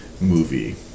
movie